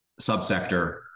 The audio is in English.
subsector